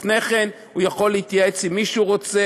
לפני כן הוא יכול להתייעץ עם מי שהוא רוצה